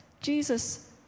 Jesus